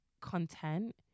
content